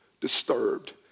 disturbed